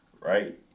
right